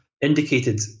indicated